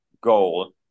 goal